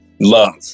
love